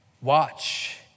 watch